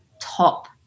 top